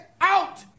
out